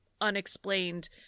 unexplained